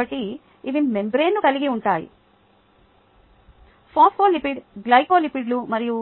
కాబట్టి ఇవి మెంబ్రేన్ను కలిగి ఉంటాయి ఫాస్ఫోలిపిడ్లు గ్లైకోలిపిడ్లు మరియు